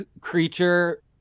creature